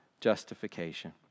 justification